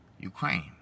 Ukraine